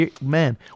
man